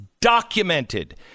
documented